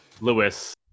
lewis